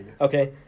Okay